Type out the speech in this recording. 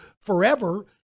forever